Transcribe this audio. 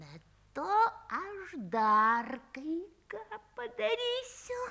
be to aš dar kai ką padarysiu